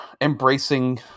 embracing